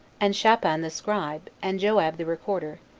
and shaphan the scribe, and joab the recorder,